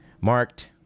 marked